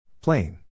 Plain